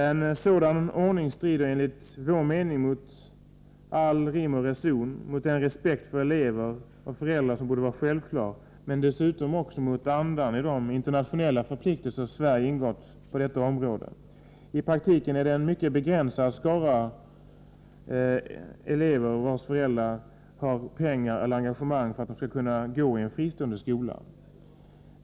En sådan ordning strider enligt vår mening mot all rim och reson, mot den respekt för elever och föräldrar som borde vara självklar, men dessutom mot andan i de internationella förpliktelser Sverige ingått på detta område. I praktiken är det en mycket begränsad skara elever vars föräldrar har pengar eller engagemang nog för att de skall kunna gå i en fristående skola.